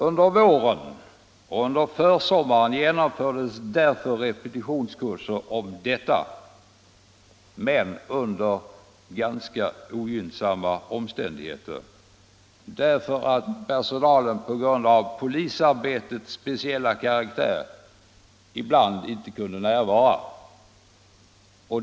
På våren och försommaren genomfördes därför repetitionskurser i detta avseende —- men under ganska ogynnsamma omständigheter, eftersom personalen på grund av polisarbetets speciella karaktär ibland inte kunde närvara.